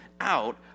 out